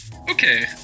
Okay